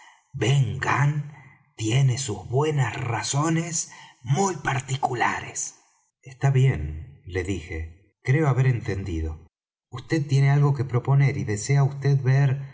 gunn tiene sus buenas razones muy particulares está bien le dije creo haber entendido vd tiene algo que proponer y desea vd ver